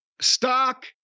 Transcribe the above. Stock